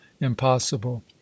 Impossible